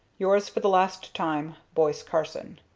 yours, for the last time, boise carson.